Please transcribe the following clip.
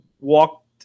walked